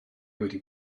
wedi